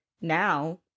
Now